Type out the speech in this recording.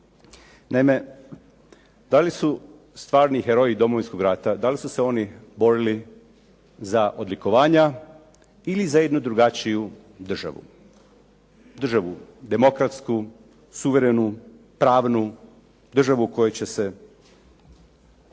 Naime, da li su stvarni heroji Domovinskog rata, da li su se oni borili za odlikovanja ili za jednu drugačiju državu, državu demokratsku, suverenu, pravnu, državu u kojoj će se